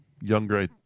younger